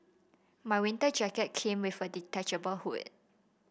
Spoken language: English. my winter jacket came with a detachable hood